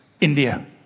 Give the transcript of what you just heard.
India